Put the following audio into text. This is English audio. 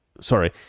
sorry